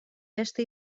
beste